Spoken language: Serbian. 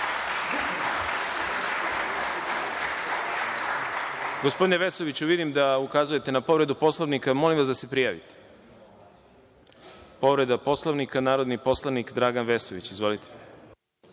Orliću. Gospodine Vesoviću, vidim da ukazujete na povredu Poslovnika. Molim vas, da se prijavite. Povreda Poslovnika, narodni poslanik, Dragan Vesović. Izvolite.